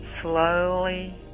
slowly